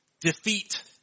defeat